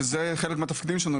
וזה חלק מהתפקיד שלנו,